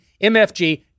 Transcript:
MFG